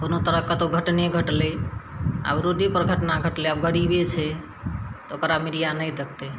कोनो तरहके कतहु घटने घटलय आओर ओ रोडेपर घटना घटलय आब गरीबे छै तऽ ओकरा मीडिया नहि देखतय